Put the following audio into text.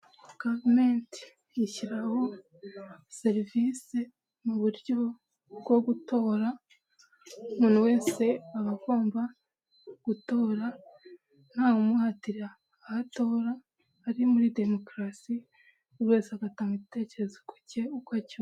Komenti yishyiraho serivisi mu buryo bwo gutora, umuntu wese aba agomba gutora ntawe umuhatira aho atora ari muri demokarasi, buri wese agatanga igitekerezo cye uko acyo.